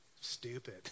stupid